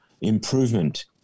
improvement